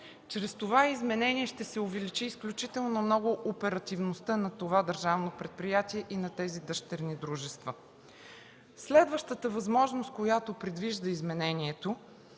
Чрез това изменение ще се увеличи изключително много оперативността на това държавно предприятие и на тези дъщерни дружества. Следващата възможност, която предвижда изменението,